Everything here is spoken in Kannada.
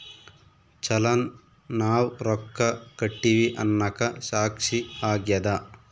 ಚಲನ್ ನಾವ್ ರೊಕ್ಕ ಕಟ್ಟಿವಿ ಅನ್ನಕ ಸಾಕ್ಷಿ ಆಗ್ಯದ